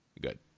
good